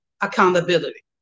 accountability